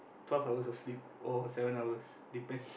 twelve hours of sleep or seven hours depends